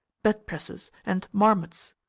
bed pressers, and marmots.